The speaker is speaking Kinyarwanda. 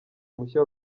mushya